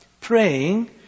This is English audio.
praying